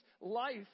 life